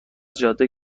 جاده